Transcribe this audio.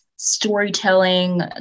storytelling